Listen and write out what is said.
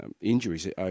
injuries